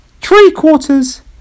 Three-quarters